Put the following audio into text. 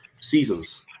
seasons